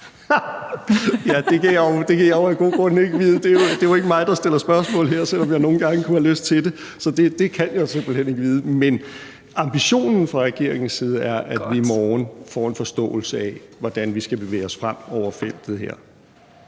Det kan jeg jo af gode grunde ikke vide. Det er ikke mig, der stiller spørgsmål her, selv om jeg nogle gange kunne have lyst til det. Så det kan jeg simpelt hen ikke vide. Men ambitionen fra regeringens side er, at vi i morgen får en forståelse af, hvordan vi skal bevæge os frem over feltet her.